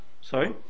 sorry